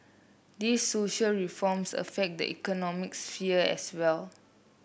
these social reforms affect the economic sphere as well